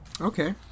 Okay